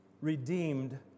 redeemed